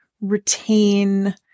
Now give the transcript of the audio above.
retain